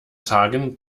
tagen